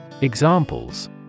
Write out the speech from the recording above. Examples